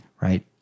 right